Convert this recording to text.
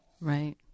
Right